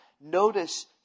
notice